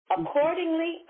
Accordingly